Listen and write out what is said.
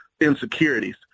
insecurities